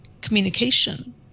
communication